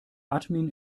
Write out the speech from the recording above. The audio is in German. admin